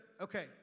Okay